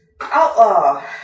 Outlaw